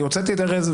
אני הוצאתי ארז,